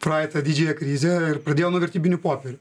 praeitą didžiąją krizę ir pradėjau nuo vertybinių popierių